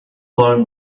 log